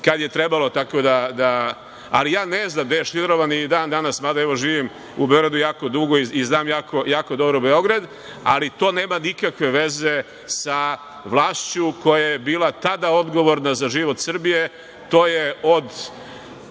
kada je trebalo, tako da, ali ja ne znam gde je Šilerova, ni dan danas, mada živim u Beogradu tako dugo i znam jako dobro Beograd, ali to nema nikakve veze sa vlašću koja je bila tada odgovorna za život Srbije. To je od